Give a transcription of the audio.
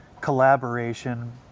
collaboration